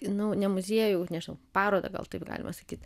nu ne muziejų nežinau parodą gal taip galima sakyt